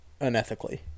unethically